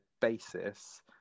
basis